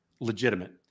legitimate